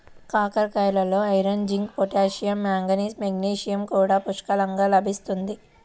కాకరకాయలలో iron, zinc, potassium, manganese, magnesium కూడా పుష్కలంగా లభిస్తుంది